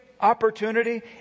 opportunity